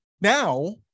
Now